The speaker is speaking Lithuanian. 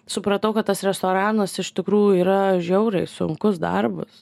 supratau kad tas restoranas iš tikrųjų yra žiauriai sunkus darbas